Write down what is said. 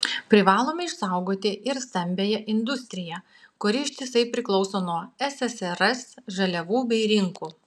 privalome išsaugoti ir stambiąją industriją kuri ištisai priklauso nuo ssrs žaliavų bei rinkų